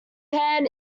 pan